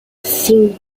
cinco